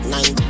Nine